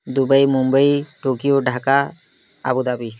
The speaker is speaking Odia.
Dubai Mumbai Tokyo Dhaka Abu Dhabi